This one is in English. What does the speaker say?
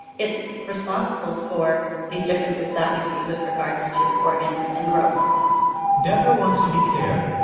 it's responsible for these differences that we see with regards to organs and growth debra wants to be clear.